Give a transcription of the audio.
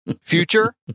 Future